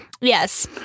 Yes